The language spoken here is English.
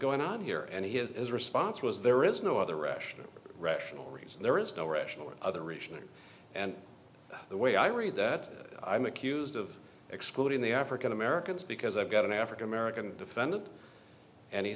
going on here and here is a response was there is no other rational rational reason there is no rational in other regions and the way i read that i'm accused of excluding the african americans because i've got an african american defendant and he